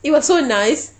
it was so nice